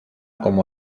como